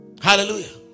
hallelujah